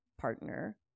partner